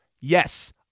Yes